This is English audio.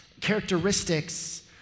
characteristics